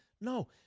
no